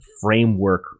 framework